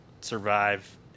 survive